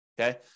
okay